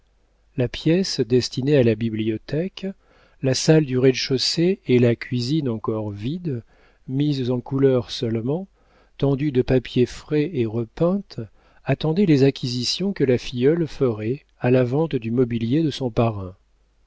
la pièce destinée à la bibliothèque la salle du rez-de-chaussée et la cuisine encore vides mises en couleur seulement tendues de papiers frais et repeintes attendaient les acquisitions que la filleule ferait à la vente du mobilier de son parrain